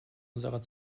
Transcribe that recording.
unserer